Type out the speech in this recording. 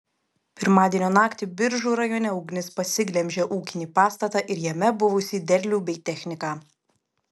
pirmadienio naktį biržų rajone ugnis pasiglemžė ūkinį pastatą ir jame buvusį derlių bei techniką